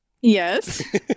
Yes